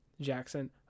Jackson